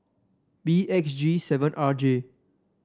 B X G seven R J